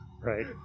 Right